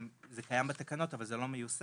זה קיים בתקנות אבל זה לא מיושם.